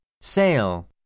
Sale